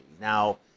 Now